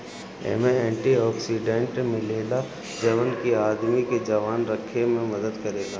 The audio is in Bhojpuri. एमे एंटी ओक्सीडेंट मिलेला जवन की आदमी के जवान रखे में मदद करेला